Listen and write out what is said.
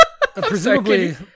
Presumably